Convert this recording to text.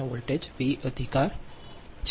અને વોલ્ટેજ તે વી અધિકાર છે